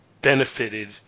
benefited